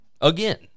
again